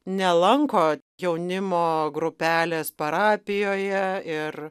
nelanko jaunimo grupelės parapijoje ir